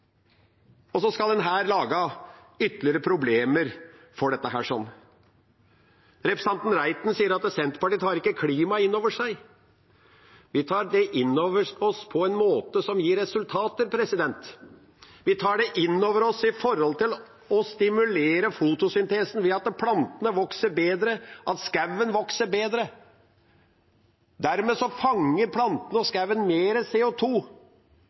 Og så skal en her lage ytterligere problemer for dette. Representanten Reiten sier at Senterpartiet ikke tar klimaet inn over seg. Vi tar det inn over oss på en måte som gir resultater. Vi tar det inn over oss ved å stimulere fotosyntesen slik at plantene vokser bedre og skogen vokser bedre. Dermed fanger plantene og skogen mer